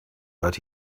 but